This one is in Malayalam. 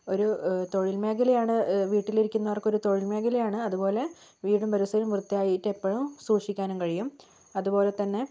ഒരു തൊഴിൽ മേഖലയാണ് വീട്ടിലിരിക്കുന്നവർക്കൊരു തൊഴിൽ മേഖലയാണ് അതുപോലെ വീടും പരിസരവും വൃത്തിയായിട്ട് എപ്പോഴും സൂക്ഷിക്കാനും കഴിയും അതുപോലെത്തന്നെ